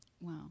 Wow